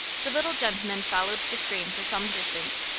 the little gentleman followed the stream for some distance,